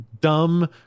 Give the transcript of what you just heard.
dumb